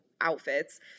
outfits